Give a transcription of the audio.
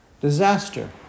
disaster